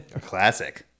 Classic